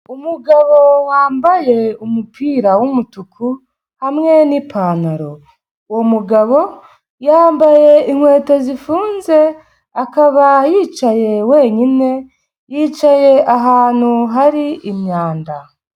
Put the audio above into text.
Umugabo wambaye umupira w'umutuku hamwe n'ipantaro, uwo mugabo yambaye inkweto zifunze, akaba yicaye wenyine, yicaye ahantu hari imyanda.